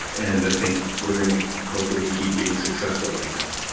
and i think we're going to hopefully keep being successful like that.